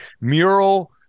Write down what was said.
mural